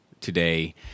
today